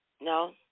No